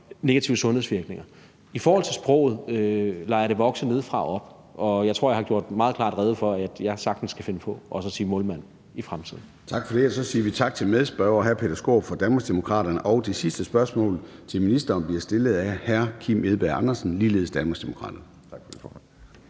negative sundhedsvirkninger. I forhold til sproget lader jeg det vokse nedefra og op, og jeg tror også, jeg har gjort meget klart rede for, at jeg i fremtiden sagtens kan finde på at sige »målmand«. Kl. 13:16 Formanden (Søren Gade): Tak for det. Så siger vi tak til medspørgeren, hr. Peter Skaarup fra Danmarksdemokraterne, og det sidste spørgsmål til ministeren bliver stillet af hr. Kim Edberg Andersen, som ligeledes er fra Danmarksdemokraterne.